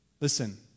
Listen